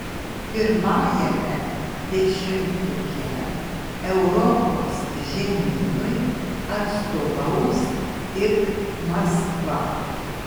pirmajame dešimtuke europos žemynui atstovaus tik maskva